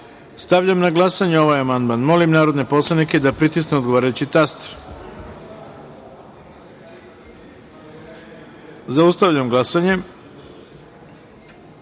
na glasanje ovaj amandman. Molim narodne poslanike da pritisnu odgovarajući taster. Zaustavljam glasanje: